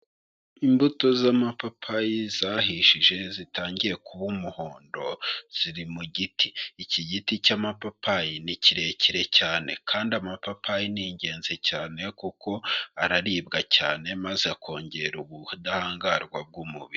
Imbuto z'amapapayi zahishije zitangiye kuba umuhondo ziri mu giti. Iki giti cy'amapapayi ni kirekire cyane kandi amapapayi ni ingenzi cyane kuko araribwa cyane maze akongera ubudahangarwa bw'umubiri.